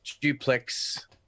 duplex